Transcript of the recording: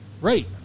Right